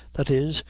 that is,